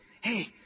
Hey